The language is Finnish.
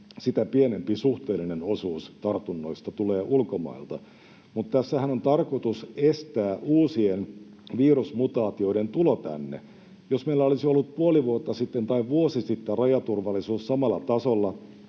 sitä pienempi suhteellinen osuus tartunnoista tulee ulkomailta, mutta tässähän on tarkoitus estää uusien virusmutaatioiden tulo tänne. Jos meillä olisi ollut puoli vuotta sitten tai vuosi sitten rajaturvallisuus samalla tasolla